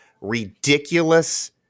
ridiculous